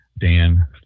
Dan